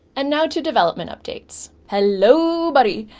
and now to development updates. hello buddy!